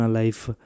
life